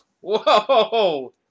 Whoa